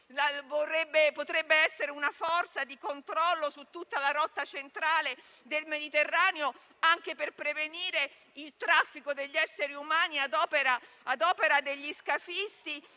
potrebbe essere una forza di controllo su tutta la rotta centrale del Mediterraneo, anche per prevenire il traffico di esseri umani ad opera degli scafisti.